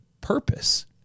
purpose